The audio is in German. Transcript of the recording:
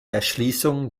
erschließung